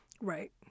Right